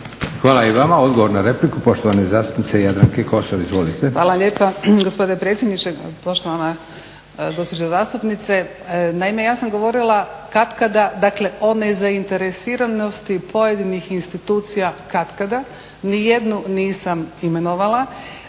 Hvala i vama, odgovor na repliku, poštovane zastupnice Jadranke Kosor. Izvolite. **Kosor, Jadranka (Nezavisni)** Hvala lijepa gospodine predsjedniče, poštovana gospođo zastupnice. Naime, ja sam govorila katkada, dakle, o nezainteresiranosti pojedinih institucija katkada, niti jednu nisam imenovala.